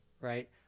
right